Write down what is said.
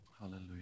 Hallelujah